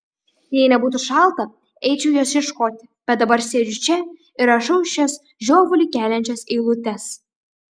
jei nebūtų šalta eičiau jos ieškoti bet dabar sėdžiu čia ir rašau šias žiovulį keliančias eilutes